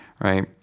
right